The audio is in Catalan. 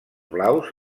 blaus